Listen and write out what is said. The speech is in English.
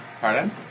Pardon